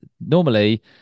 normally